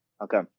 Okay